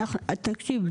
תקשיב,